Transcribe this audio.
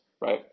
right